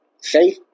safe